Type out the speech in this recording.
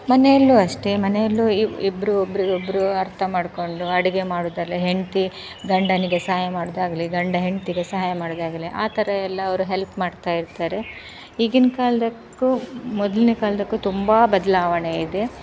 ಮನೆಯಲ್ಲು ಅಷ್ಟೆ ಮನೆಯಲ್ಲು ಇಬ್ಬರು ಒಬ್ಬರಿಗೊಬ್ರು ಅರ್ಥ ಮಾಡ್ಕೊಂಡು ಅಡುಗೆ ಮಾಡೋದೆಲ್ಲ ಹೆಂಡ್ತಿ ಗಂಡನಿಗೆ ಸಹಾಯ ಮಾಡೋದಾಗ್ಲಿ ಗಂಡ ಹೆಂಡ್ತಿಗೆ ಸಹಾಯ ಮಾಡೋದಾಗ್ಲಿ ಆ ಥರ ಎಲ್ಲಾ ಅವರು ಹೆಲ್ಪ್ ಮಾಡ್ತಾ ಇರ್ತಾರೆ ಈಗಿನ ಕಾಲಕ್ಕು ಮೊದಲಿನ ಕಾಲಕ್ಕು ತುಂಬ ಬದಲಾವಣೆ ಇದೆ